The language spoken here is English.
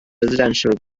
residential